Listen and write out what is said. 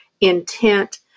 intent